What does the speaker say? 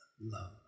love